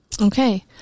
Okay